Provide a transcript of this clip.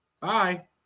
Bye